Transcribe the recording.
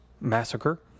massacre